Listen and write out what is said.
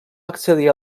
accedir